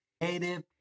creative